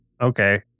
Okay